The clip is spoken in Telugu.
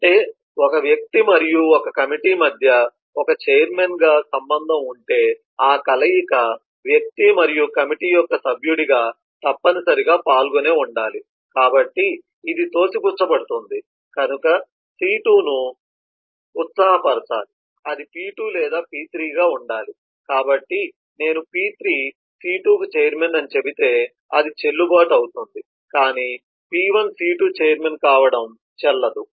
అంటే ఒక వ్యక్తి మరియు ఒక కమిటీ మధ్య ఒక ఛైర్మన్గా సంబంధం ఉంటే ఆ కలయిక వ్యక్తి మరియు కమిటీ యొక్క సభ్యుడిగా తప్పనిసరిగా పాల్గొనే ఉండాలి కాబట్టి ఇది తోసిపుచ్చబడుతుంది కనుక C2 ను ఉత్సాహపర్చాలి అది P2 లేదా P3 గా ఉండాలి కాబట్టి నేను P3 C2 కు ఛైర్మన్ అని చెబితే అది చెల్లుబాటు అవుతుంది కాని P1 C2 ఛైర్మన్ కావడం చెల్లదు